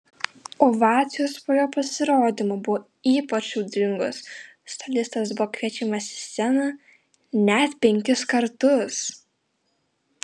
ovacijos po jo pasirodymo buvo ypač audringos solistas buvo kviečiamas į sceną net penkis kartus